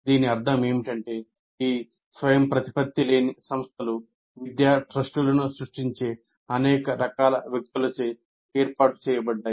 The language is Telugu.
దీని అర్థం ఏమిటంటే ఈ స్వయంప్రతిపత్తి లేని సంస్థలు విద్యా ట్రస్టులను సృష్టించే అనేక రకాల వ్యక్తులచే ఏర్పాటు చేయబడ్డాయి